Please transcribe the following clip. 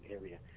area